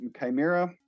Chimera